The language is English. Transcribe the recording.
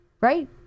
Right